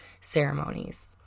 ceremonies